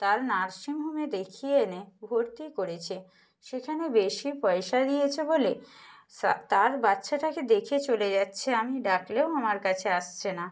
তার নার্সিংহোমে দেখিয়ে এনে ভর্তি করেছে সেখানে বেশি পয়সা নিয়েছে বলে তার বাচ্চাটাকে দেখে চলে যাচ্ছে আমি ডাকলেও আমার কাছে আসছে না